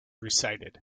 recited